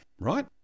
right